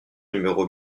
numéro